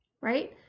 right